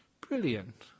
Brilliant